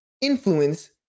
influence